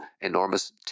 enormous